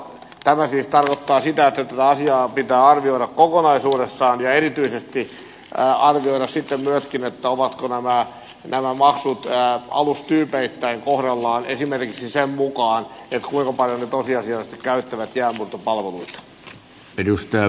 tämä siis tarkoittaa sitä että tätä asiaa pitää arvioida kokonaisuudessaan ja erityisesti arvioida sitten myöskin ovatko nämä maksut alustyypeittäin kohdallaan esimerkiksi sen mukaan kuinka paljon ne tosiasiallisesti käyttävät jäänmurtopalveluita